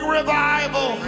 revival